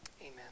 amen